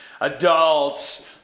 adults